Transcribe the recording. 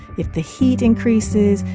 if the heat increases,